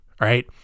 right